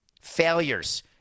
Failures